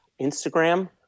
Instagram